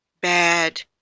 Bad